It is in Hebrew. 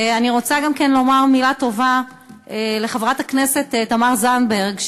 אני רוצה גם לומר מילה טובה לחברת הכנסת תמר זנדברג,